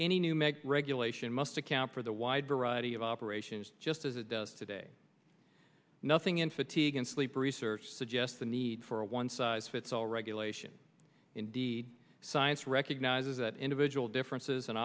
any new make regulation must account for the wide variety of operations just as it does today nothing in fatigue and sleep research suggests the need for a one size fits all regulation indeed science recognizes that individual differences